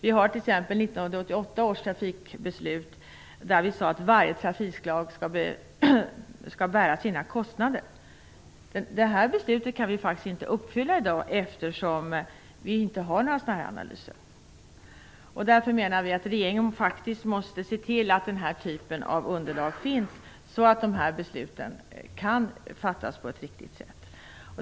I 1988 års trafikbeslut sade vi t.ex. att varje trafikslag skall bära sina kostnader. Det beslutet kan vi faktiskt inte uppfylla i dag, eftersom vi inte har några sådana analyser. Därför menar vi att regeringen måste se till att den typen av underlag finns, så att besluten kan fattas på ett riktigt sätt.